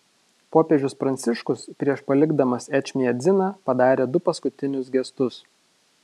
popiežius pranciškus prieš palikdamas ečmiadziną padarė du paskutinius gestus